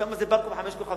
שם זה בקו"ם חמישה כוכבים.